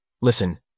listen